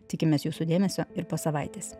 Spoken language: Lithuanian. tikimės jūsų dėmesio ir po savaitės